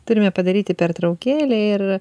turime padaryti pertraukėlę ir